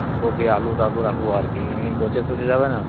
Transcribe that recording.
ফুলকপি আলু টালু রাখুক আর কি এমনি পচে টচে যাবে না তো